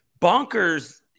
bonkers